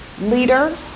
leader